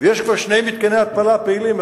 ויש כבר שני מתקני התפלה פעילים,